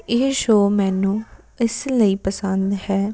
ਇਹ ਸ਼ੋਅ ਮੈਨੂੰ ਇਸ ਲਈ ਪਸੰਦ ਹੈ